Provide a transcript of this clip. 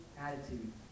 attitude